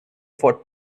for